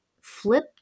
flip